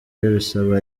bisaba